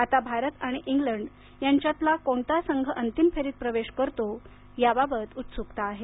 आता भारत आणि इंग्लंड यांच्यातला कोणता संघ अंतिम फेरीत प्रवेश करतो याबाबत उत्सुकता आहे